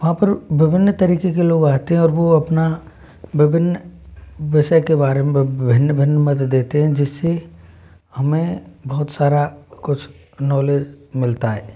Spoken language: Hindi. वहाँ पर विभिन्न तरीक़े के लोग आते है और वो अपना विभिन्न विशय के बारे भिन्न भिन्न मत देते हैं जिस से हमें बहुत सारा कुछ नॉलेज मिलता है